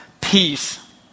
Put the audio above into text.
peace